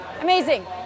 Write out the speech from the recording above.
amazing